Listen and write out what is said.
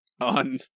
on